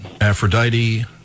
Aphrodite